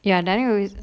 ya danny always